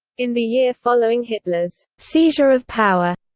in the year following hitler's seizure of power,